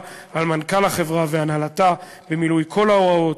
על מנכ״ל החברה והנהלתה במילוי כל ההוראות,